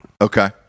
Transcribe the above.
Okay